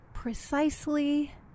precisely